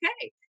okay